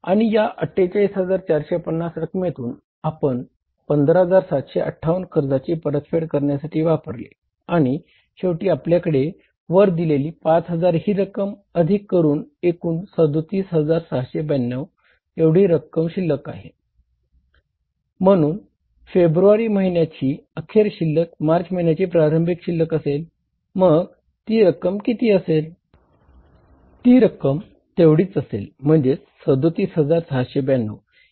आणि या 48450 रकमेतुन आपण 15758 कर्जाची परतफेड करण्यासाठी वापरले आणि शेवटी आपल्याकडे वर दिलेली 5000 ही रक्कम अधिक करून एकूण 37692 एवढी अखेर शिल्लक किती आहे